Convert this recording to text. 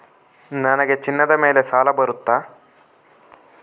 ನನಗೆ ಚಿನ್ನದ ಮೇಲೆ ಸಾಲ ಬರುತ್ತಾ?